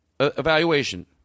evaluation